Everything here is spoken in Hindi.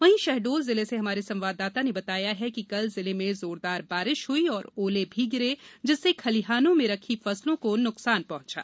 वहीं शहडोल जिले से हमारे संवाददाता ने बताया कि कल जिले में जोरदार बारिश हुई और ओले भी गिरे जिससे खलिहानो में रखी फसलों को नुकसान पहुंचा